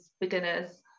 beginner's